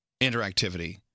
interactivity